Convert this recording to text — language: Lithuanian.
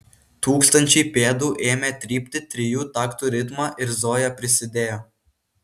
tūkstančiai pėdų ėmė trypti trijų taktų ritmą ir zoja prisidėjo